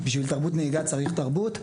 בשביל תרבות נהיגה צריך תרבות,